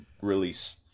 release